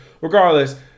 Regardless